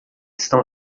estão